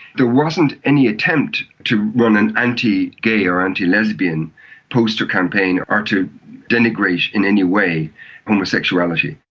there wasn't any attempt to run an anti-gay or anti-lesbian poster campaign, or to denigrate in any way homosexuality.